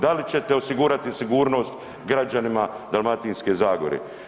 Da li ćete osigurati sigurnost građanima Dalmatinske zagore?